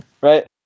Right